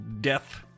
Death